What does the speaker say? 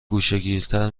گوشهگیرتر